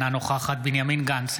אינה נוכחת בנימין גנץ,